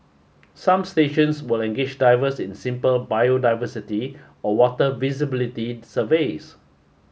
some stations will engage divers in simple biodiversity or water visibility surveys